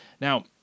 Now